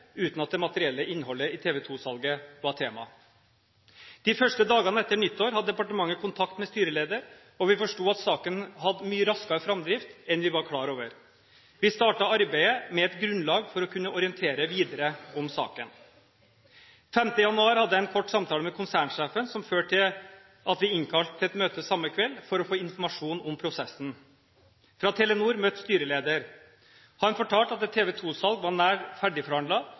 uten at det materielle innholdet i TV 2-salget var tema. De første dagene etter nyttår hadde departementet kontakt med styreleder, og vi forsto at saken hadde mye raskere framdrift enn vi var klar over. Vi startet arbeidet med et grunnlag for å kunne orientere videre om saken. Den 5. januar hadde jeg en kort samtale med konsernsjefen som førte til at vi innkalte til et møte samme kveld for å få informasjon om prosessen. Fra Telenor møtte styreleder. Han fortalte at et TV 2-salg var nær